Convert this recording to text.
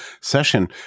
session